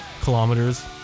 kilometers